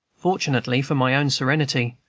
fortunately for my own serenity,